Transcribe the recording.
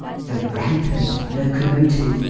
the rampant locomotive,